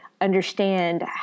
understand